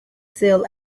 sell